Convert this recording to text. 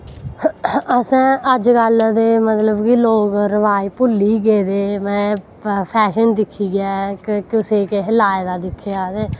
असैं अज्ज कल ते मतलव कि लोग रवाज़ भुल्ली गेदे फैशन दिक्खियै ते कुसेगी किश लाए दा दिक्खेआ ते